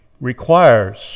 requires